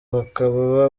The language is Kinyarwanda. bakaba